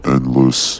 Endless